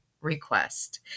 request